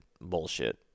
bullshit